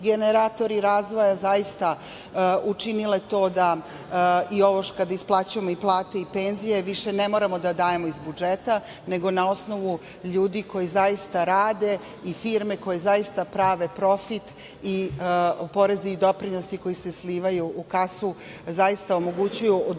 generatori razvoja, zaista učinile to da i ovo, kada isplaćujemo i plate i penzije, više ne moramo da dajemo iz budžeta, nego na osnovu ljudi koji zaista rade i firmi koje zaista prave profit, i porezi i doprinosi koji se slivaju u kasu zaista omogućuju održivost